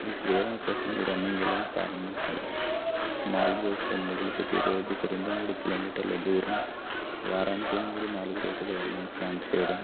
మీ ప్రేరణ కోసం మీ రన్నింగ్ ఇలా ప్రారంభించారు స్మాల్ గోల్స్తో మొదలుపెట్టి రోజుకు రెండు మూడు కిలోమీటర్ల దూరం వారానికి మూడు నాలుగు రోజుల రన్నింగ్ ప్లాన్ చేయడం